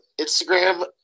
Instagram